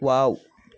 wow